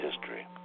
history